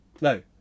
No